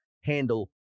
handle